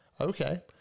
Okay